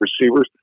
receivers